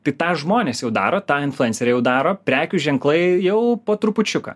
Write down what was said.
tai tą žmonės jau daro tą influenceriai jau daro prekių ženklai jau po trupučiuką